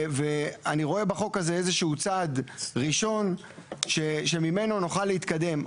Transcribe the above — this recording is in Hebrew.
ואני רואה בחוק הזה איזה שהוא צעד ראשון שממנו נוכל להתקדם.